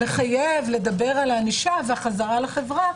מחייב לדבר על הענישה והחזרה לחברה,